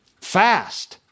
Fast